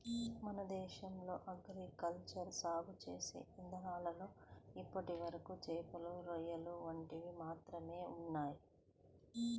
మన దేశంలో aqua culture సాగు చేసే ఇదానాల్లో ఇప్పటివరకు చేపలు, రొయ్యలు వంటివి మాత్రమే ఉన్నయ్